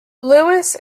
lewis